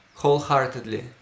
wholeheartedly